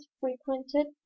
frequented